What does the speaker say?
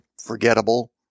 forgettable